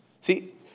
See